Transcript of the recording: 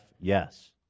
Yes